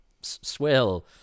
swill